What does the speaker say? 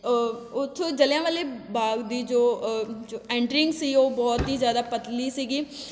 ਉੱਥੋਂ ਜਲਿਆਂ ਵਾਲੇ ਬਾਗ ਦੀ ਜੋ ਜੋ ਐਂਟਰਿੰਗ ਸੀ ਉਹ ਬਹੁਤ ਹੀ ਜ਼ਿਆਦਾ ਪਤਲੀ ਸੀਗੀ